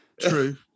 true